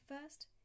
First